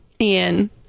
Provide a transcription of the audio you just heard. Ian